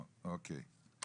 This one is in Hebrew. אוקיי.